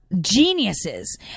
Geniuses